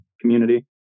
community